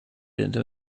into